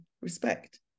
respect